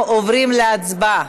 אנחנו עוברים להצבעה.